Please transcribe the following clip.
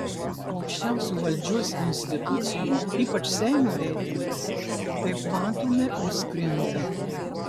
aukščiausių valdžios institucijų ypač seimo reitingas kaip matome vis krinta